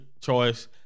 choice